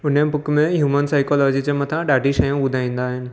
उन्हीअ बुक में human psychology जे मथां ॾाढी शयूं ॿुधाईंदा आहिनि